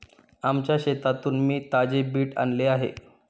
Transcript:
आमच्या शेतातून मी ताजे बीट आणले आहे